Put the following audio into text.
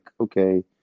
okay